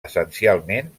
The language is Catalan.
essencialment